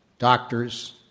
doctors,